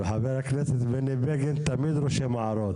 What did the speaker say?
חבר הכנסת בני בגין תמיד רושם הערות.